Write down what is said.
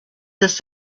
was